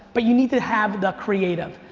but you need to have the creative.